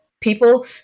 People